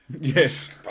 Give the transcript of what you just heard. Yes